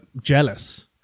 jealous